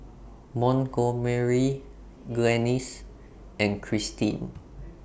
Montgomery Glennis and Krystin